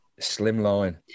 Slimline